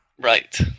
Right